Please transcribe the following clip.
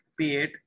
P8